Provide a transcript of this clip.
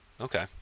Okay